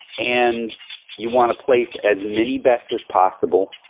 and you want to place as many bets as possible,